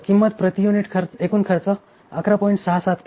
तर किंमत प्रति युनिट एकूण खर्च 11